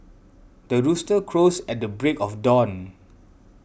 the rooster crows at the break of dawn